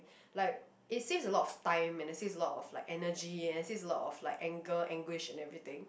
like it saves a lot of time and it saves a lot of like energy and it saves a lot of like anger anguish and everything